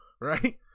right